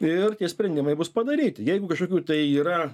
ir tie sprendimai bus padaryti jeigu kažkokių tai yra